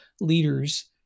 leaders